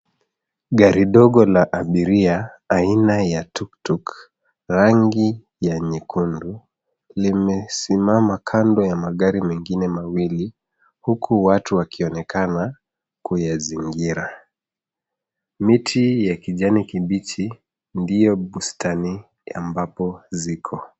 Gari ndogo la abiria aina ya tuktuk rangi ya nyekundu limesimama kando ya magari mengine mawili huku watu wakionekana kuyazingira. Miti ya kijani kibichi ndio bustani ya ambapo ziko.